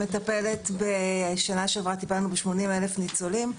שמטפלת --- שנה שעברה טיפלנו ב-80 אלף ניצולים,